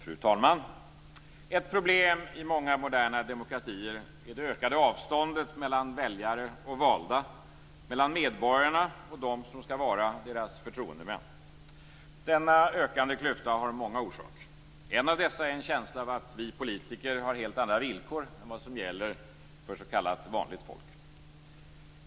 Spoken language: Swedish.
Fru talman! Ett problem i många moderna demokratier är det ökade avståndet mellan väljare och valda, mellan medborgarna och de som skall vara deras företrädesmän. Denna ökande klyfta har många orsaker. En av dessa är en känsla av att vi politiker har helt andra villkor än vad som gäller för s.k. vanligt folk.